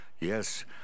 Yes